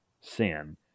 sin